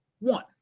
One